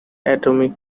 atomic